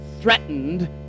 threatened